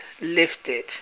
lifted